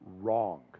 wrong